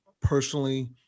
personally